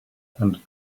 and